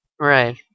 Right